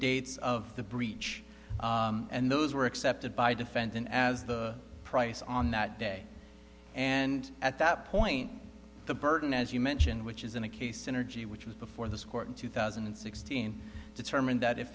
dates of the breach and those were accepted by defendant as the price on that day and at that point the burden as you mentioned which is in a case synergy which was before this court in two thousand and sixteen determined that if